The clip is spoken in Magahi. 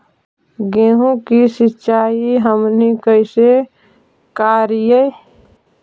गेहूं के सिंचाई हमनि कैसे कारियय?